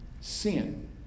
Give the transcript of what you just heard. sin